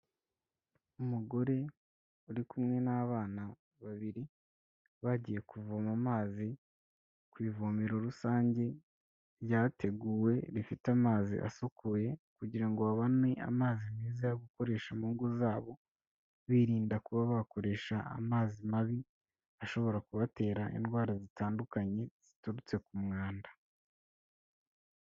Umugore uri kumwe n'abana babiri bagiye kuvoma amazi ku ivomero rusange ryateguwe rifite amazi asukuye kugira ngo babone amazi meza yo gukoresha mu ngo zabo, birinda kuba bakoresha amazi mabi ashobora kubatera indwara zitandukanye ziturutse ku mwanda.